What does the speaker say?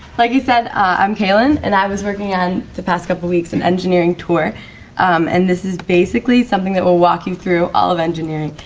like he said i'm kaylyn and i was working on the past couple weeks an and engineering tour um and this is basically something that will walk you through all of engineering.